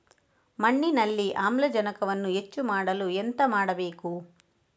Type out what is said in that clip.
ಮಣ್ಣಿನಲ್ಲಿ ಆಮ್ಲಜನಕವನ್ನು ಹೆಚ್ಚು ಮಾಡಲು ಎಂತ ಮಾಡಬೇಕು?